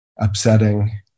upsetting